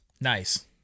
Nice